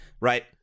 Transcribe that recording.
right